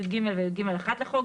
י"ג ו-י"ג1 לחוק,